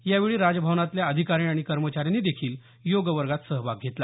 यावेळी राजभवनातल्या अधिकारी आणि कर्मचाऱ्यांनी देखील योग वर्गात सहभाग घेतला